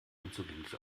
unzugänglich